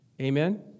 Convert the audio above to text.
Amen